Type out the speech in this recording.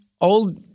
old